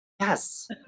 yes